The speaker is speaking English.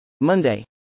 monday